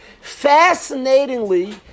Fascinatingly